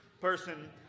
person